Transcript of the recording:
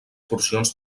porcions